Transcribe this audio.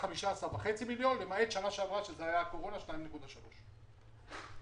המשמעות של הכסף הזה היא שאנחנו יכולים להיענות לדרישות המשטרה.